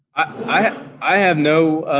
i i have no